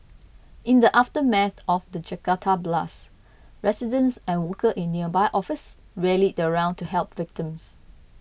in the aftermath of the Jakarta blasts residents and workers in nearby office rallied round to help victims